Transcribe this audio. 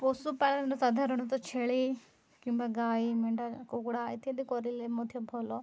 ପଶୁପାଳନରେ ସାଧାରଣତଃ ଛେଳି କିମ୍ବା ଗାଈ ମେଣ୍ଢା କୁକୁଡ଼ା ଇତ୍ୟାଦି କରିଲେ ମଧ୍ୟ ଭଲ